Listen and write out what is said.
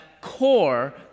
core